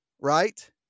right